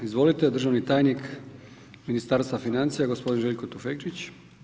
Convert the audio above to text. Izvolite državni tajnik Ministarstva financija, gospodin Željko Tufekčić.